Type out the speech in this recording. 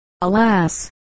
alas